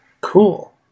Cool